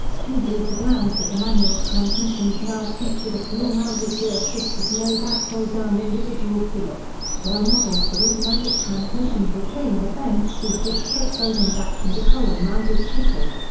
two-door sedans with the manual transmissions now featured a floor-mounted gearshift with low-back fold-down individual seats, while models with automatic transmissions retained the bench seat with split folding backs and a column-mounted shifter.